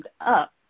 up